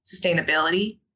sustainability